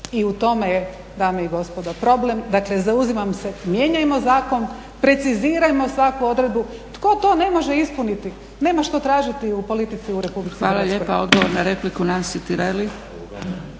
i u tome je dame i gospodo problem, dakle zauzimam se mijenjajmo zakon, precizirajmo svaku odredbu. Tko to ne može ispuniti, nema što tražiti u politici u …/Ne razumije se./… **Zgrebec, Dragica (SDP)** Hvala lijepa. Odgovor na repliku Nansi Tireli.